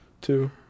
two